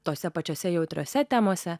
tose pačiose jautriose temose